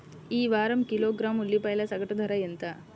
ఈ వారం కిలోగ్రాము ఉల్లిపాయల సగటు ధర ఎంత?